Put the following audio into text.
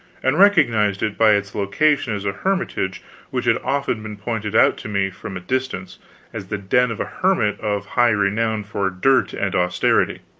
and recognized it by its location as a hermitage which had often been pointed out to me from a distance as the den of a hermit of high renown for dirt and austerity.